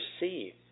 receive